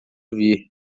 vir